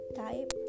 type